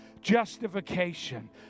justification